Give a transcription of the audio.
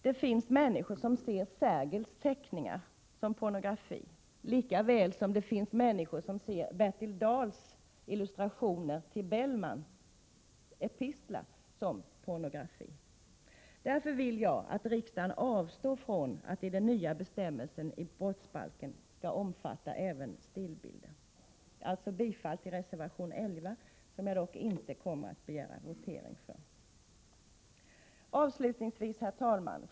Det finns människor som ser Sergels teckningar som pornografi, lika väl som det finns människor som ser Peter Dahls illustrationer till Bellmans ”Fredmans epistlar” som pornografi. Därför vill jag att riksdagen avstår från att låta den nya bestämmelsen i brottsbalken omfatta även stillbilder. Jag yrkar bifall till reservation 11, som jag dock inte kommer att begära votering om. Herr talman!